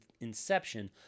inception